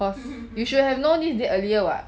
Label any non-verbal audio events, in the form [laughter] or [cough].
[laughs]